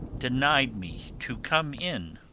denied me to come in